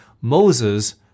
Moses